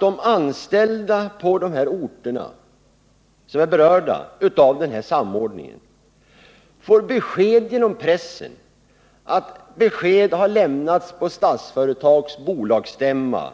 De anställda som berörs av samordningen har nämligen fått veta av pressen att besked har lämnats vid Statsföretags bolagsstämma om